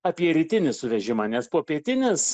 apie rytinį suvežimą nes popietinis